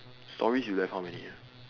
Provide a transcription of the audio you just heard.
stories you have how many ah